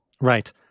Right